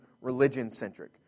religion-centric